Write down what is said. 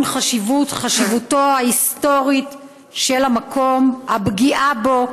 חשיבותו ההיסטורית של המקום והפגיעה בו?